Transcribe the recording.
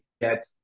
get